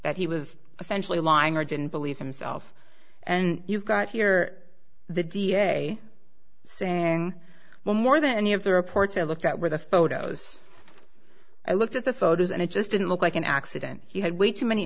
that he was essentially lying or didn't believe himself and you've got here the da saying well more than any of the reports i looked at were the photos i looked at the photos and it just didn't look like an accident he had way too many